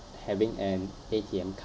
having an A_T_M card